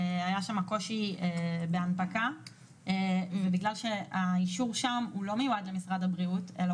היה שמה קושי בהנפקה ובגלל שהאישור שם הוא לא מיועד למשרד הבריאות אלא